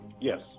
Yes